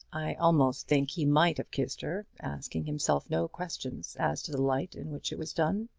i almost think he might have kissed her, asking himself no questions as to the light in which it was done.